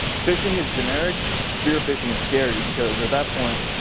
fishing is generic, spear phishing is scary. because at that point,